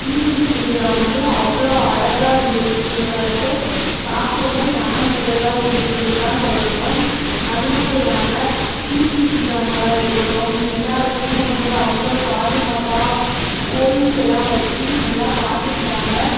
தீமிதி திருவிழா வந்து அவ்வளோ அழகாக இருந்துச்சு எல்லோருக்கும் பாக்கவும் மனநிறைவாக இருந்ததுன்தான் சொல்லணும் அது மட்டும் இல்லாமல் தீ மிதிக்கிறவுங்களா இருக்கட்டும் எல்லாருக்குமே வந்து அவ்வளோ பாதுகாப்பாக போலீஸ் எல்லாம் வச்சு நல்லா பார்த்துக்கிட்டாங்க